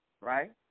right